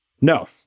No